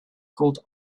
called